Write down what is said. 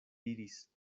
diris